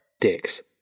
Dicks